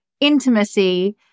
intimacy